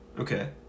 okay